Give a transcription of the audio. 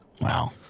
Wow